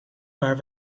waar